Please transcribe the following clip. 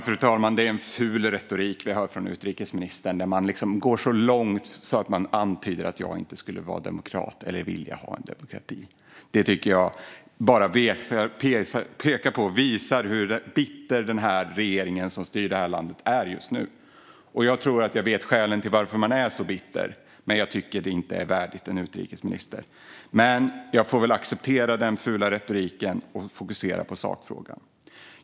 Fru talman! Det är en ful retorik vi hör från utrikesministern. Hon går så långt att hon antyder att jag inte skulle vara demokrat eller vilja ha demokrati. Det tycker jag pekar på och visar hur bitter den regering som styr det här landet är just nu. Jag tror att jag vet orsakerna till att man är så bitter. Men jag tycker inte att detta är värdigt en utrikesminister. Jag får väl dock acceptera den fula retoriken och fokusera på sakfrågan.